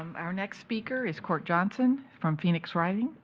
um our next speaker is cort johnson, from phoenix rising